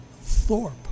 Thorpe